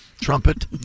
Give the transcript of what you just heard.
trumpet